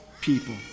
people